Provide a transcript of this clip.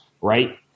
right